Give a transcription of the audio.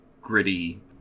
gritty